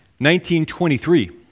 1923